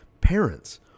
parents